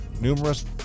numerous